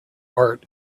art